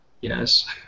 Yes